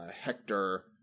Hector